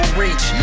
reach